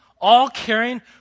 all-caring